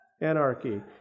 anarchy